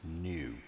new